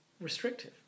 restrictive